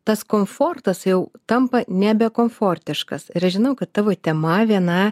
tas komfortas jau tampa nebe komfortiškas ir aš žinau kad tavo tema viena